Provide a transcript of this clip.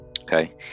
Okay